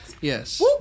Yes